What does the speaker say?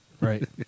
Right